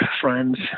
friends